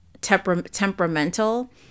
temperamental